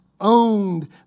owned